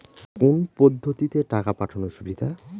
কোন পদ্ধতিতে টাকা পাঠানো সুবিধা?